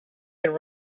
could